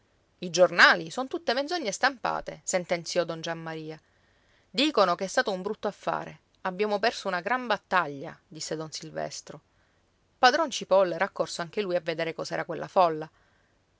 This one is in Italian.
i giornali son tutte menzogne stampate sentenziò don giammaria dicono che è stato un brutto affare abbiamo perso una gran battaglia disse don silvestro padron cipolla era accorso anche lui a vedere cos'era quella folla